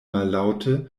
mallaŭte